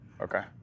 Okay